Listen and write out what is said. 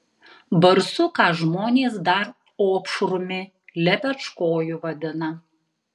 barsuką žmonės dar opšrumi lepečkoju vadina